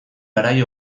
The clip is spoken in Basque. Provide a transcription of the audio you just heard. garai